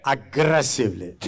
Aggressively